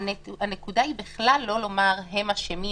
הנקודה היא לא לומר שהם אשמים.